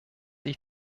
ich